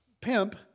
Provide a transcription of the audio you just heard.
pimp